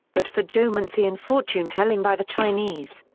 but for geomancy and fortune-telling by the chinese.